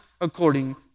according